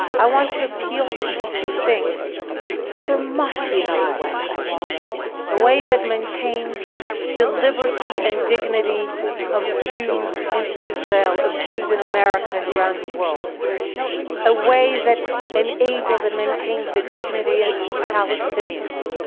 i want to appeal to you to think that there must be another way a way that maintains the liberty and dignity of jews in israel, of jews in america, and around the world a way that enables and maintains the dignity ah of palestinians,